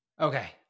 Okay